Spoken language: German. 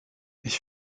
ich